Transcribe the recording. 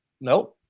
no